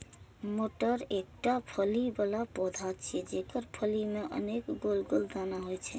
मटर एकटा फली बला पौधा छियै, जेकर फली मे अनेक गोल गोल दाना होइ छै